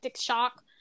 shock